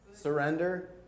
Surrender